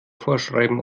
vorschreiben